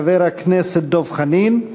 חבר הכנסת דב חנין,